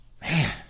Man